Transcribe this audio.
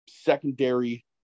Secondary